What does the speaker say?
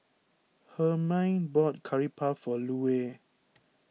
Hermine bought Curry Puff for Lue